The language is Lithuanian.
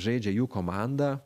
žaidžia jų komanda